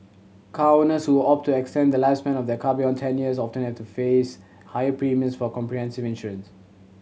car owners who opt to extend the lifespan of their car beyond ten years often have to face higher premiums for comprehensive insurance